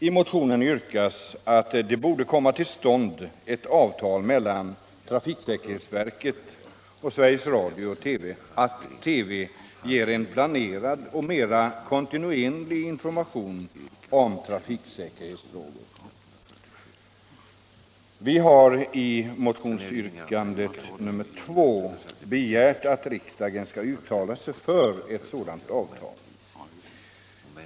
I motionen yrkas att det borde komma till stånd ett avtal mellan trafiksäkerhetsverket och Sveriges Radio angående en planerad och mer kontinuerlig information om trafiksäkerhetsfrågor i TV. Vi har i det andra yrkandet i motionen begärt att riksdagen skall uttala sig för ett sådant avtal.